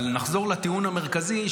אבל נחזור לטיעון המרכזי,